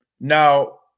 Now